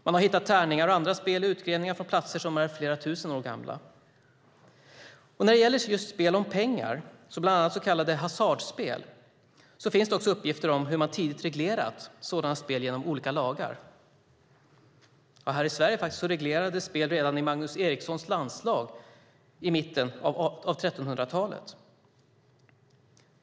Man har hittat tärningar och andra spel i utgrävningar på platser som är flera tusen år gamla. När det gäller spel om pengar, bland annat så kallade hasardspel, finns också uppgifter om hur man tidigt reglerat sådana spel genom olika lagar. Här i Sverige reglerades spel redan i Magnus Erikssons landslag i mitten av 1300-talet.